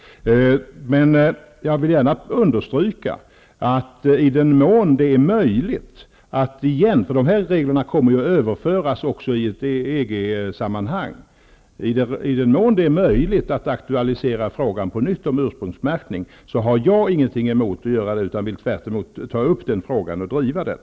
Dessa regler kommer att överföras också i EG-sammanhang, och jag vill gärna understryka att jag inte har någonting emot att i den mån det är möjligt aktualisera frågan om ursprungsmärkning på nytt, utan jag vill tvärtom ta upp och driva den.